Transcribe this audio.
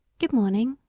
good morning,